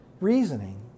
reasoning